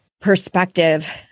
perspective